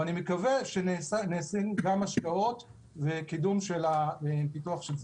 אני מקווה שנעשים גם השקעות וקדום של הפיתוח של זה.